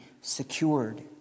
secured